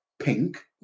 pink